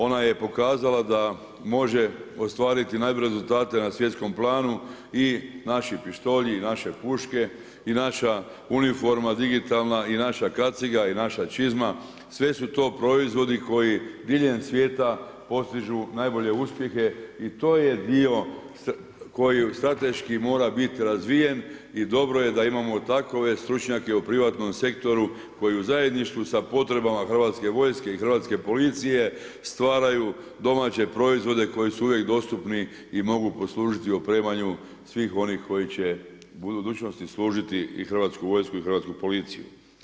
Ona je pokazala da može ostvariti najbolje rezultate na svjetskom planu i naši pištolji i naše puške i naša uniforma digitalna i naša kaciga i naša čizma, sve su to proizvodi koji diljem svijeta postižu najbolje uspjehe i to je dio koji strateški mora biti razvijen i dobro je da imamo takove stručnjake u privatnom sektoru koji u zajedništvu sa potrebama Hrvatske vojske i Hrvatske policije stvaraju domaće proizvode koji su uvijek dostupni i mogu poslužiti u opremanju svih onih koji će u budućnosti služiti i Hrvatsku vojsku i Hrvatsku policiju.